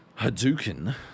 Hadouken